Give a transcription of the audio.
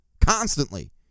constantly